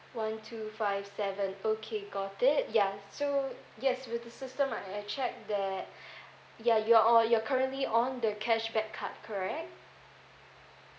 one two five seven okay got it ya so yes with the system I I I check that ya you're o~ you're currently on the cashback card correct